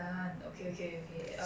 it's quite long it has been